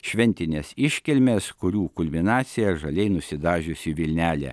šventinės iškilmės kurių kulminacija žaliai nusidažiusi vilnelė